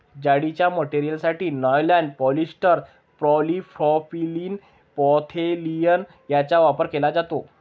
जाळीच्या मटेरियलसाठी nylon, polyester, polypropylene, polyethylene यांचा वापर केला जातो